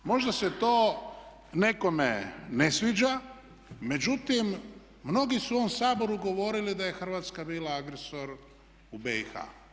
Možda se to nekome ne sviđa, međutim mnogi su u ovom Saboru govorili da je Hrvatska bila agresor u BiH.